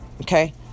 Okay